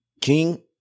King